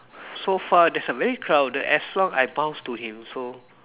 so far there's a very crowded as long I bounce to him so